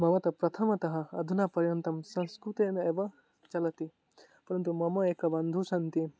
मम तु प्रथमतः अधुनापर्यन्तं संस्कृतेन एव चलति परन्तु मम एकः बान्धवः सन्ति